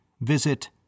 visit